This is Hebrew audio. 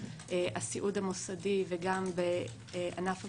הסיעוד המוסדי וגם בענף המלונאות.